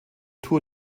tour